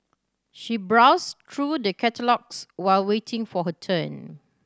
she browsed through the catalogues while waiting for her turn